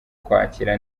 kwakira